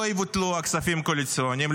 לא יבוטלו כספים קואליציוניים,